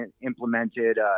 implemented –